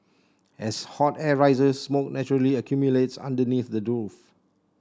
as hot air rises smoke naturally accumulates underneath the roof